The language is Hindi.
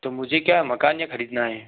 तो मुझे क्या मकान यहाँ खरीदना है